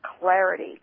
clarity